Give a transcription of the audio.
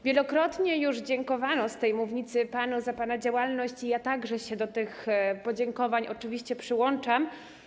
Wielokrotnie już dziękowano z tej mównicy panu za pana działalność i ja także się do tych podziękowań przyłączam.